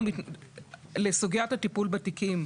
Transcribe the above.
לסוגיית הטיפול בתיקים,